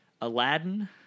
Aladdin